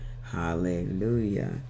hallelujah